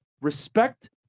Respect